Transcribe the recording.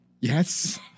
yes